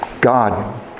God